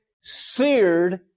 seared